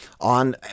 on